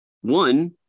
One